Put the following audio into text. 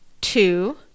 Two